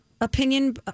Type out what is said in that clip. opinion